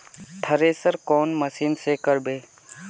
Thresher कौन machine से करबे?